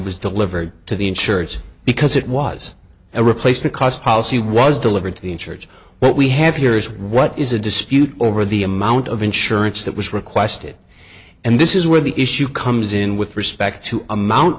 was delivered to the insurers because it was a replacement cost policy was delivered to the church what we have here is what is a dispute over the amount of insurance that was requested and this is where the issue comes in with respect to amount